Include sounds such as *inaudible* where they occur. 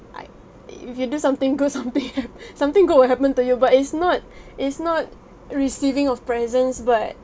err I if you do something good *laughs* something hap~ *breath* something good will happen to you but it's not *breath* it's not receiving of presents but